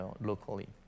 locally